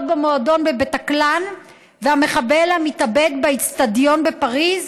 במועדון "בטקלאן" והמחבל המתאבד באצטדיון בפריז,